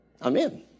Amen